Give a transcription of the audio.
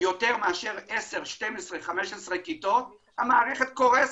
יותר מאשר 10-12 כיתות המערכת קורסת.